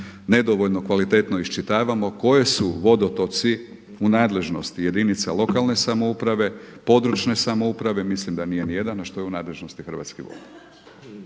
nedovoljno kvalitetno iščitavamo koji su vodotoci u nadležnosti jedinica lokalne samouprave, područne samouprave, mislim da nije nijedan ono što je u nadležnosti Hrvatskih voda.